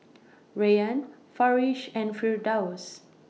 Rayyan Farish and Firdaus